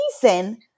season